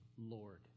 Lord